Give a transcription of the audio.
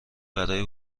برای